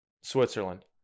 switzerland